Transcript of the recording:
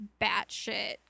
batshit